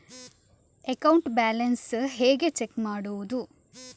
Account balance ಹೇಗೆ check ಮಾಡುವುದು?